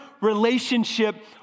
relationship